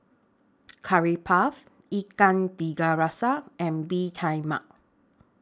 Curry Puff Ikan Tiga Rasa and Bee Tai Mak